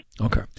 okay